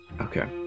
okay